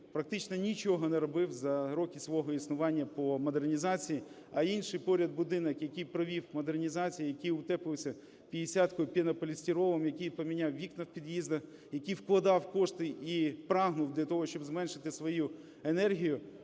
практично нічого не робив за роки свого існування по модернізації, а інший поряд будинок, який провів модернізацію, який утеплився п'ятдесяткою пінополістиролом, який поміняв вікна в під'їздах, який вкладав кошти і прагнув для того, щоб зменшити свою енергію,